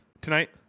tonight